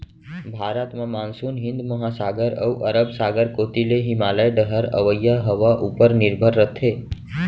भारत म मानसून हिंद महासागर अउ अरब सागर कोती ले हिमालय डहर अवइया हवा उपर निरभर रथे